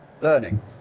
learning